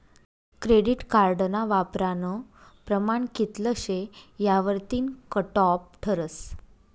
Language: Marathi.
क्रेडिट कार्डना वापरानं प्रमाण कित्ल शे यावरतीन कटॉप ठरस